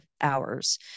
hours